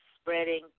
spreading